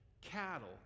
cattle